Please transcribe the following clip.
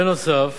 בנוסף,